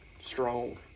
Strong